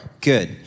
Good